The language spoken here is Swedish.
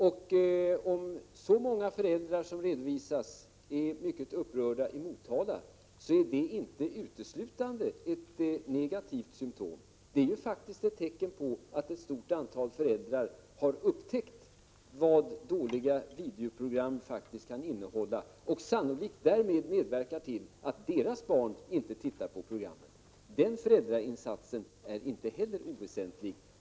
Om så många föräldrar i Motala som redovisats är mycket upprörda, är det inte uteslutande ett negativt symtom. Det är faktiskt ett tecken på att ett stort antal föräldrar har upptäckt vad dåliga videoprogram kan innehålla. De kommer sannolikt att medverka till att deras barn inte tittar på programmen. Den föräldrainsatsen är inte heller oväsentlig.